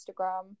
instagram